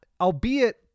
albeit